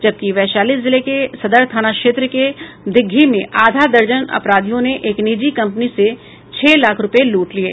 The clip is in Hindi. जबकि वैशाली जिले के सदर थाना क्षेत्र के दिग्घी में आधा दर्जन अपराधियों ने एक निजी कंपनी से छह लाख रुपये लूट लिये